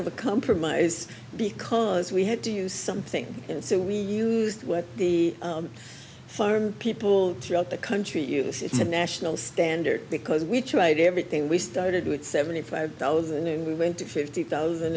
of a compromise because we had to use something and so we used what the farm people throughout the country use it's a national standard because we tried everything we started with seventy five thousand new we went to fifty thousand